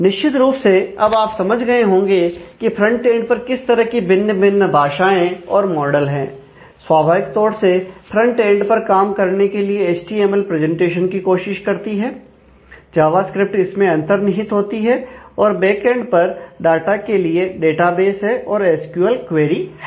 निश्चित रूप से अब आप समझ गए होंगे कि फ्रंटेंड पर किस तरह की भिन्न भिन्न भाषाएं और मॉडल है स्वाभाविक तौर से फ्रंट एंड पर काम करने के लिए एचटीएमएल प्रेजेंटेशन की कोशिश करती है जावास्क्रिप्ट इसमें अंतर्निहित होती है और बैक एंड पर डाटा के लिए डेटाबेस है और एसक्यूएल क्वेरी है